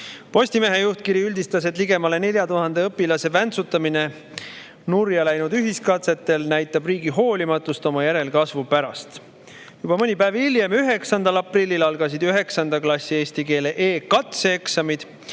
Postimehe juhtkiri üldistas, et ligemale 4000 õpilase väntsutamine nurja läinud ühiskatsetel näitab riigi hoolimatust oma järelkasvu vastu. Juba mõni päev hiljem, 9. aprillil algasid 9. klassi eesti keele e-katseeksamid,